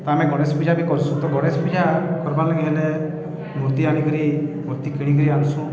ତ ଆମେ ଗଣେଶ ପୂଜା ବି କରୁସୁଁ ତ ଗଣେଶ ପୂଜା କର୍ବାର୍ ଲାଗି ହେଲେ ମୂର୍ତ୍ତି ଆଣିକରି ମୂର୍ତ୍ତି କିଣିକିରି ଆଣୁସୁଁ